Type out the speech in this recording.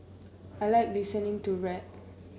I like listening to rap